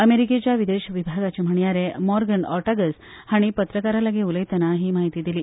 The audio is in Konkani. अमेजरकेच्या विदेश विभागाचे म्हणयारे मॉर्गन ओर्टागप हांणी पत्रकारां लागीं उलयतना ही माहिती दिली